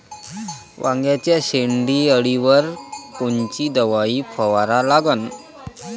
वांग्याच्या शेंडी अळीवर कोनची दवाई फवारा लागन?